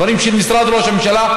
דברים של משרד ראש הממשלה,